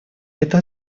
это